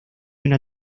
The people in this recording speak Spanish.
una